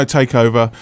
Takeover